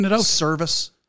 service